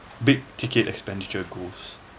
big ticket expenditure goals